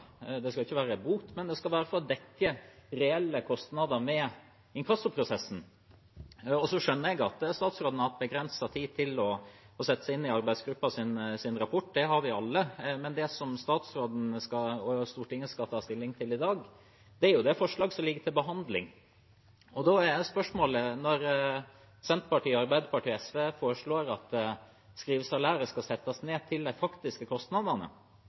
dekke reelle kostnader ved inkassoprosessen. Jeg skjønner at statsråden har hatt begrenset tid til å sette seg inn i arbeidsgruppens rapport – det har vi alle – men det statsråden og Stortinget skal ta stilling til i dag, er forslaget som ligger til behandling. Da er spørsmålet: Når Senterpartiet, Arbeiderpartiet og SV foreslår at skrivesalæret skal settes ned til de faktiske kostnadene,